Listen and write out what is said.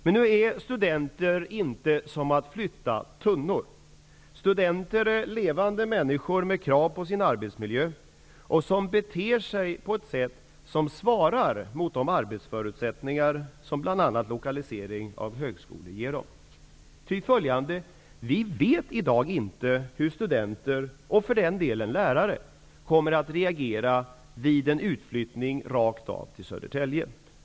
Men nu är studenter inte tunnor som man kan flytta hur som helst. Studenter är levande människor med krav på sin arbetsmiljö, och de beter sig på ett sätt som svarar mot de arbetsförutsättningar som bl.a. lokalisering av högskolor ger dem. Vi vet inte i dag hur studenter och, för den delen, lärare kommer att reagera vid en utflyttning rakt av till Södertälje.